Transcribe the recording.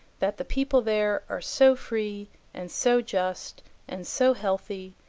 that the people there are so free and so just and so healthy,